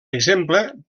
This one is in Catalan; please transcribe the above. exemple